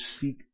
seek